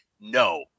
No